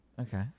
Okay